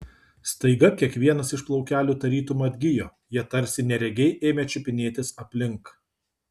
staiga kiekvienas iš plaukelių tarytum atgijo jie tarsi neregiai ėmė čiupinėtis aplink